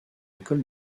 école